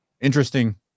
interesting